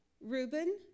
Reuben